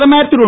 பிரதமர் திரு